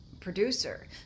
producer